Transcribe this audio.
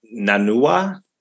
nanua